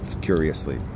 curiously